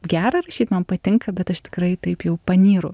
gera rašyt man patinka bet aš tikrai taip jau panyru